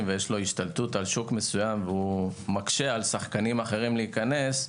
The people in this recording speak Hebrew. ויש לו השתלטות על שוק מסוים ומקשה על שחקנים אחרים להיכנס,